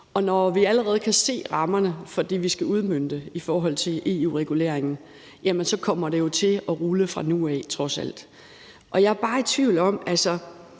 og når vi allerede kan se rammerne for det, vi skal udmønte i forbindelse med EU-reguleringen, så kommer det jo trods alt til at rulle fra nu af. Jeg er bare i tvivl, når